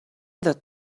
that